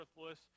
worthless